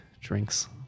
drinks